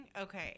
Okay